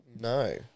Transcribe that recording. No